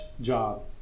job